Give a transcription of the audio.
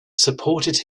supported